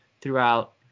throughout